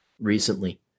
recently